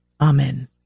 Amen